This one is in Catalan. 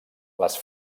les